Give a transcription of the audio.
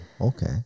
okay